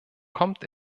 kommt